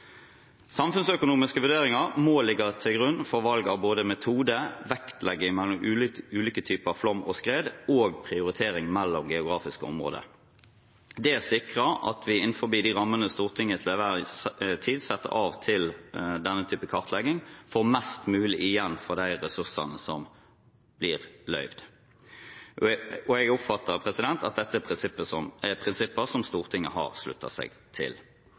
Samfunnsøkonomiske vurderinger må ligge til grunn for både valg av metode, vektlegging mellom ulike typer flom og skred og prioritering mellom geografiske områder. Det sikrer at vi innenfor de rammene Stortinget til enhver tid setter av til denne type kartlegging, får mest mulig igjen for de ressursene som blir bevilget. Jeg oppfatter at dette er prinsipper som Stortinget har sluttet seg til.